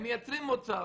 הם מייצרים מוצר